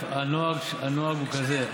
הנוהג הוא כזה.